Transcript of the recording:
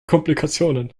komplikationen